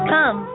Come